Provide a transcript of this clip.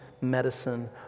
medicine